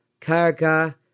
Karka